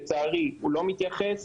לצערי הוא לא מתייחס,